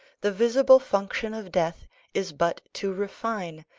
the visible function of death is but to refine,